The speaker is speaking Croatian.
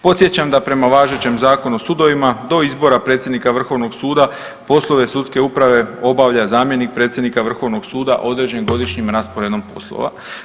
Podsjećam da prema važećem Zakonu o sudovima do izbora predsjednika Vrhovnog suda poslove sudske uprave obavlja zamjenik predsjednika Vrhovnog suda određen godišnjim rasporedom poslova.